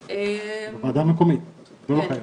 אם תהיה אופציה של העלאת מסים זה רק דרך